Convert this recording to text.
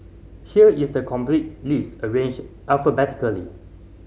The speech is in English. here is the complete list arranged alphabetically